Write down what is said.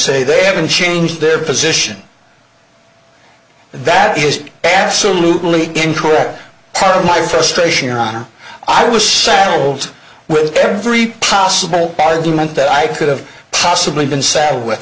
say they haven't changed their position that is absolutely incorrect or my frustration your honor i was saddled with every possible argument that i could have possibly been saddled with